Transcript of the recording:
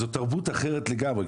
זאת תרבות אחרת לגמרי.